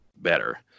better